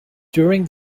during